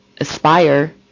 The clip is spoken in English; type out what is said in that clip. aspire